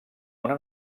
una